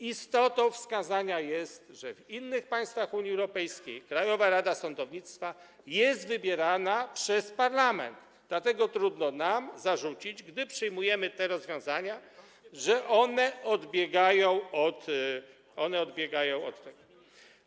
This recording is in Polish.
Istotą wskazania jest, że w innych państwach Unii Europejskiej Krajowa Rada Sądownictwa jest wybierana przez parlament, dlatego trudno nam zarzucić, gdy przyjmujemy te rozwiązania, że one odbiegają od tego.